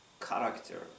character